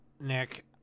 Nick